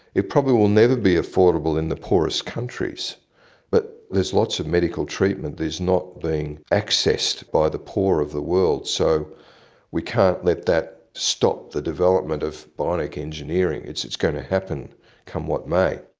it probably will never be affordable in the poorest countries but there's lots of medical treatment that is not being accessed by the poor of the world. so we can't let that stop the development of bionic engineering, it's it's going to happen come what may.